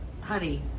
honey